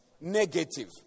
negative